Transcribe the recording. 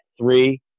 three